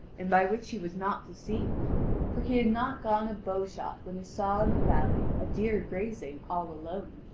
and by which he was not deceived, for he had not gone a bow-shot when he saw in a valley a deer grazing all alone.